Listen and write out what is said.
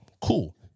Cool